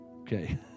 okay